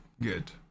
good